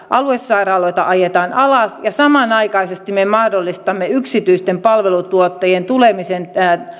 aluesairaaloita ajetaan alas ja samanaikaisesti me mahdollistamme yksityisten palvelutuottajien tulemisen